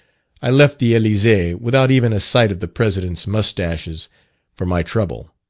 i left the elysee without even a sight of the president's mustaches for my trouble.